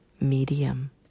Medium